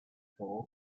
for